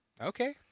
Okay